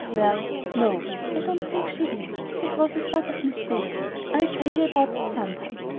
well, no i don't think she is. it was a sort of mistake i'll tell you about it sometime.